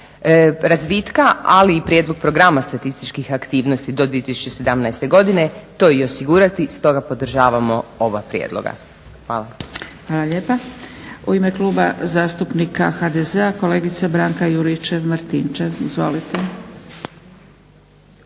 razvitka ali i prijedlog programa statističkih aktivnosti do 2017.godine to i osigurati. Stoga podržavamo oba prijedloga. Hvala. **Zgrebec, Dragica (SDP)** Hvala lijepa. U ime Kluba zastupnika HDZ-a kolegice Branka Juričev-Martinčev. Izvolite.